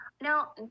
Now